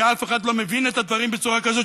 כי אף אחד לא מבין את הדברים בצורה כזאת,